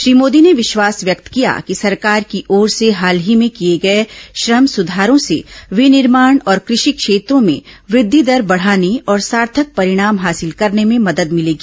श्री मोदी ने विश्वास व्यक्त किया कि सरकार की ओर से हाल ही में किए गए श्रम सुधारों से विनिर्माण और कृषि क्षेत्रों में वृद्धि दर बढाने और सार्थक परिणाम हासिल करने में मदद मिलेगी